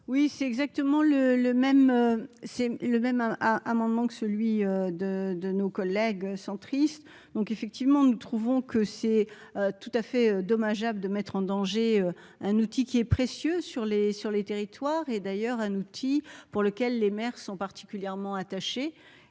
même, c'est le même un amendement que celui de de nos collègues centristes, donc effectivement, nous trouvons que c'est tout à fait dommageable de mettre en danger un outil qui est précieux sur les sur les territoires, et d'ailleurs, un outil pour lequel les maires sont particulièrement attachés,